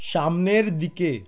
সামনের দিকে